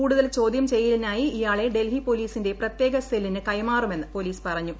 കൂടുതൽ ചോദ്യം ചെയ്യലിനായി ഇയാളെ ഡൽഹി പോലീസിന്റെ പ്രത്യേക സെല്ലിനു കൈമാറുമെന്ന് പോലീസ് പറഞ്ഞു